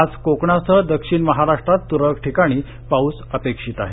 आज कोकणासह दक्षिण महाराष्ट्रात तुरळक ठिकाणी पाऊस अपेक्षित आहे